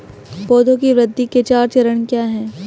पौधे की वृद्धि के चार चरण क्या हैं?